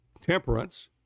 temperance